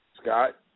Scott